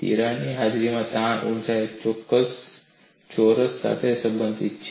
તિરાડની હાજરીમાં તાણ ઊર્જા એક ચોરસ સાથે સંબંધિત છે